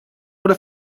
oder